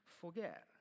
forget